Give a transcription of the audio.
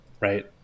right